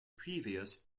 previous